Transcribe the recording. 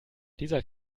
dieser